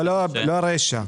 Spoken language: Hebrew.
לא הרישה.